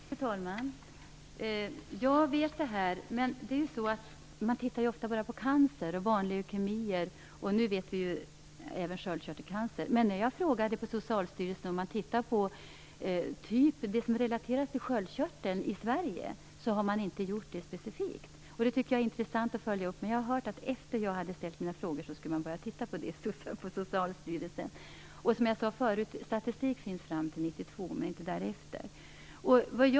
Fru talman! Jag vet detta, men det är ju så att man ofta bara tittar på cancer och barnleukemier, och nu även sköldkörtelcancer. Men jag frågade Socialstyrelsen om man tittar på det som relateras till sköldkörteln i Sverige. Det har man inte gjort specifikt. Jag tycker att det är intressant att följa upp. Men efter det att jag hade ställt mina frågor har jag hört att man skall börja titta på detta på Socialstyrelsen. Som jag sade förut finns det statistik fram till 1992, men inte därefter.